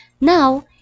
Now